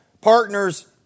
partners